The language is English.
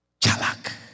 Chalak